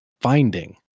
finding